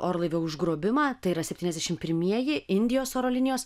orlaivio užgrobimą tai yra septyniasdešim pirmieji indijos oro linijos